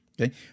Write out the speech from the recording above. Okay